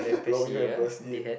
Robin-Van-Persie